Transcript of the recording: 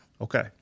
Okay